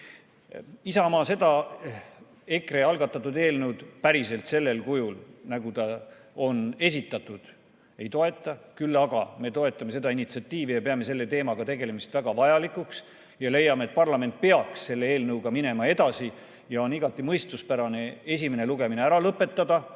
Isamaa seda EKRE algatatud eelnõu päriselt sellel kujul, nagu ta on esitatud, ei toeta. Küll aga me toetame seda initsiatiivi ja peame selle teemaga tegelemist väga vajalikuks. Leiame, et parlament peaks selle eelnõuga edasi minema. On igati mõistuspärane esimene lugemine ära lõpetada